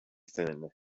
thin